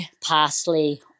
parsley